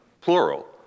plural